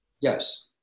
Yes